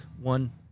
one